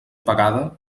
pagada